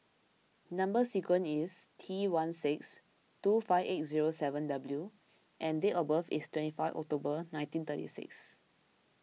Number Sequence is T one six two five eight zero seven W and date of birth is twenty five October nineteen thirty six